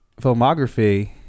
filmography